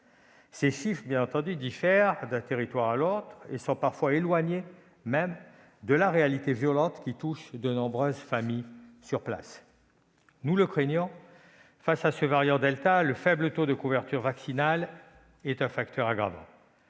Ces chiffres diffèrent d'un territoire à l'autre et sont parfois éloignés de la réalité violente qui touche de nombreuses familles de nos concitoyens. Face à ce variant delta, le faible taux de couverture vaccinale est un facteur aggravant.